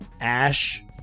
Ash